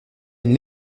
une